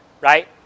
right